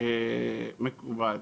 שמקובל.